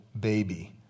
baby